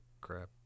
crap